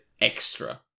extra